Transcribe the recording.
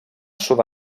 sud